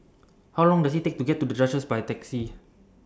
How Long Does IT Take to get to The Duchess By Taxi